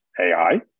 AI